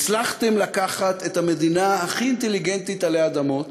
הצלחתם לקחת את המדינה הכי אינטליגנטית עלי אדמות,